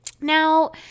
Now